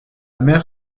mère